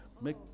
make